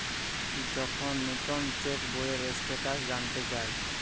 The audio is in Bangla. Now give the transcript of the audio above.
যখন নুতন চেক বইয়ের স্টেটাস জানতে চায়